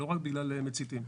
לא רק בגלל מציתים.